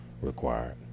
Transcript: Required